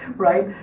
right?